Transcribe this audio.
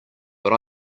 but